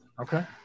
Okay